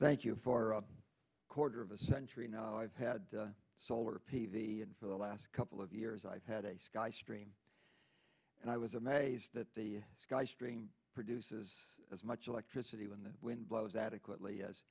thank you for a quarter of a century now i've had solar p v and for the last couple of years i've had a sky stream and i was amazed that the sky stream produces as much electricity when the wind blows adequately as